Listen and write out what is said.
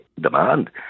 demand